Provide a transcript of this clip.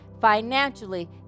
financially